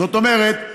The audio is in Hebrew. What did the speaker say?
זאת אומרת,